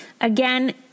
Again